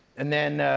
and then